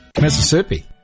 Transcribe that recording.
Mississippi